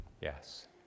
yes